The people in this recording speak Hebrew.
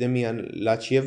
ודמיאן ולצ'ב